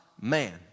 man